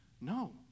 No